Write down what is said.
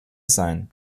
sein